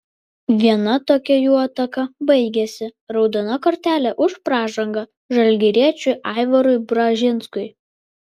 viena tokia jų ataka baigėsi raudona kortele už pražangą žalgiriečiui aivarui bražinskui